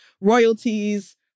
royalties